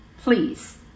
please